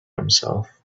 himself